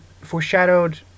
foreshadowed